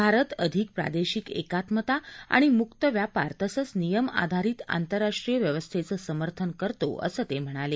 भारत अधिक प्रादेशिक एकात्मता आणि मुक्त व्यापार तसंच नियम आधारित आंतरराष्ट्रीय व्यवस्थेचं समर्थन करतो असं ते म्हणाले